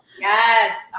Yes